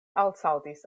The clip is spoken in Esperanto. alsaltis